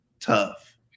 tough